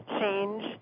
change